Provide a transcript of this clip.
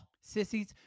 Sissies